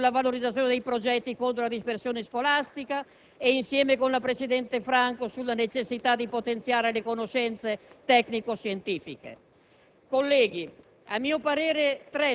il contributo della senatrice Carloni sulla valorizzazione dei progetti contro la dispersione scolastica e, insieme con la presidente Vittoria Franco, sulla necessità di potenziare le conoscenze tecnico-scientifiche.